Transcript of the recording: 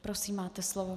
Prosím, máte slovo.